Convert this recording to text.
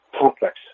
complex